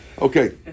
Okay